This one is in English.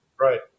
Right